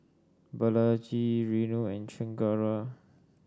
Balaji Renu and Chengara